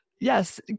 Yes